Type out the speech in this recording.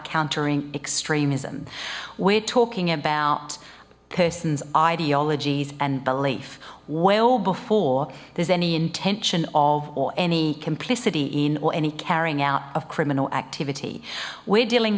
countering extremism we're talking about persons ideologies and belief well before there's any intention of or any complicity in or any carrying out of criminal activity we're dealing